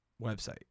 website